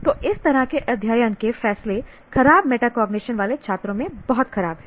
तो इस तरह के अध्ययन के फैसले खराब मेटाकॉग्निशन वाले छात्रों में बहुत खराब हैं